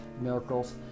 miracles